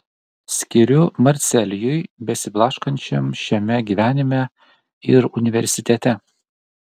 skiriu marcelijui besiblaškančiam šiame gyvenime ir universitete